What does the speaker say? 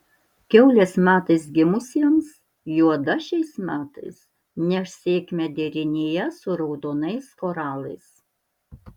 kiaulės metais gimusiems juoda šiais metais neš sėkmę derinyje su raudonais koralais